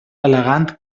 al·legant